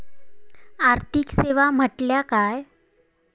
आर्थिक सेवा म्हटल्या काय?